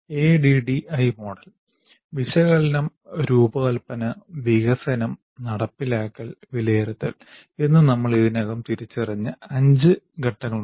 ADDIE model വിശകലനം രൂപകൽപ്പന വികസനം നടപ്പിലാക്കൽ വിലയിരുത്തൽ എന്ന നമ്മൾ ഇതിനകം തിരിച്ചറിഞ്ഞ 5 ഘട്ടങ്ങളുണ്ട്